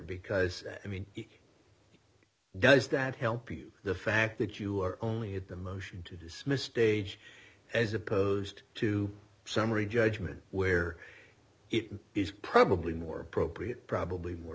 because i mean does that help the fact that you are only at the motion to dismiss stage as opposed to summary judgment where it is probably more appropriate probably more